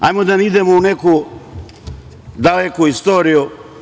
Hajde da ne idemo u neku daleku istoriju.